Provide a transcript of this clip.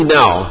now